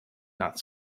not